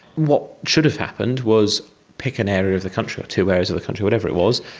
what should have happened was pick an area of the country or two areas of the country, whatever it was,